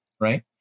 Right